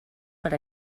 per